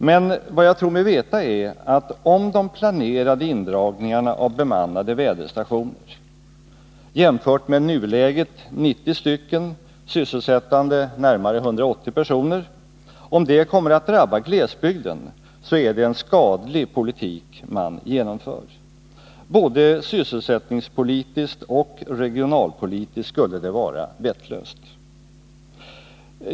Men vad jag tror mig veta är att om de planerade indragningarna av bemannade väderstationer — jämfört med nuläget 90 stycken sysselsättande närmare 180 personer — kommer att drabba glesbygden, är det en skadlig politik man genomför. Både sysselsättningspolitiskt och regionalpolitiskt skulle det vara vettlöst.